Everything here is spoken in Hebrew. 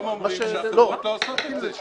--- אתם בעצמכם אומרים שהחברות לא עושות את זה.